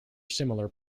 similar